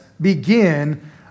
begin